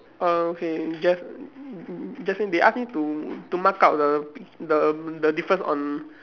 oh okay Jas~ Jaslyn they ask me to to mark out the the the difference on